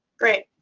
great.